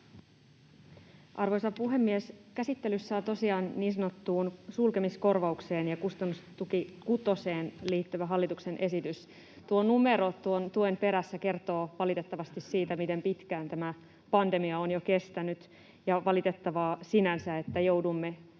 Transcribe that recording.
Arvoisa puhemies! Käsittelyssä on tosiaan niin sanottuun sulkemiskorvaukseen ja kustannustuki kutoseen liittyvä hallituksen esitys. Tuo numero tuen perässä kertoo valitettavasti siitä, miten pitkään tämä pandemia on jo kestänyt, ja on valitettavaa sinänsä, että joudumme